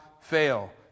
fail